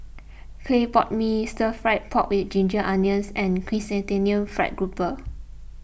Clay Pot Mee Stir Fried Pork with Ginger Onions and Chrysanthemum Fried Grouper